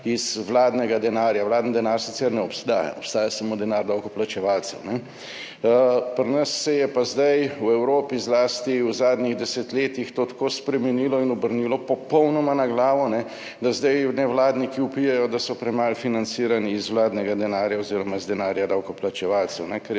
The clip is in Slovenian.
iz vladnega denarja. Vladni denar sicer ne obstaja, obstaja samo denar davkoplačevalce. Pri nas se je pa zdaj v Evropi, zlasti v zadnjih desetletjih, to tako spremenilo in obrnilo popolnoma na glavo, da zdaj nevladniki vpijejo, da so premalo financirani iz vladnega denarja oz. iz denarja davkoplačevalcev, kar je